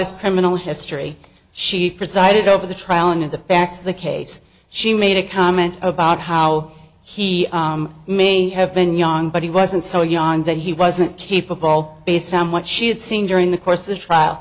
his criminal history she presided over the trial and the facts of the case she made a comment about how he may have been young but he wasn't so young that he wasn't capable based sam what she had seen during the course of the trial